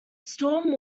storm